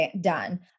done